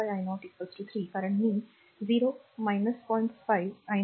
5 i 0 3 कारण मी 0 point 5 i 0